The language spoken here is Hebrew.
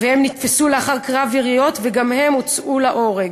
והם נתפסו לאחר קרב יריות, וגם הם הוצאו להורג.